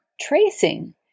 tracing